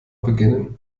beginnen